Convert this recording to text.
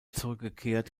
zurückgekehrt